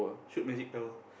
shoot magic power